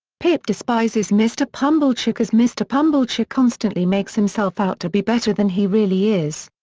pip despises mr. pumblechook as mr. pumblechook constantly makes himself out to be better than he really is.